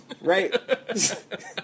right